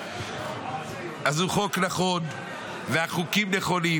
אז הוא חוק נכון והחוקים נכונים,